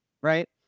right